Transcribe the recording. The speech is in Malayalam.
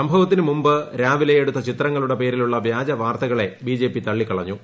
സംഭവത്തിനു മുമ്പ് രാവിലെ എടുത്ത ചിത്രങ്ങളുടെ പേരിലുള്ള വ്യാജ വാർത്തകളെ ബിജെപി തള്ളിക്കളഞ്ഞു